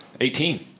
eighteen